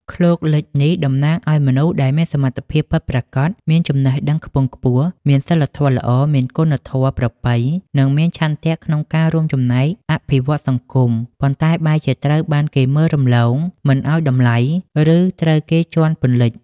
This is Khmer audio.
ឃ្លោកលិច នេះតំណាងឲ្យមនុស្សដែលមានសមត្ថភាពពិតប្រាកដ មានចំណេះដឹងខ្ពង់ខ្ពស់ មានសីលធម៌ល្អ មានគុណធម៌ប្រពៃ និងមានឆន្ទៈក្នុងការរួមចំណែកអភិវឌ្ឍសង្គម ប៉ុន្តែបែរជាត្រូវបានគេមើលរំលង មិនឲ្យតម្លៃ ឬត្រូវគេជាន់ពន្លិច។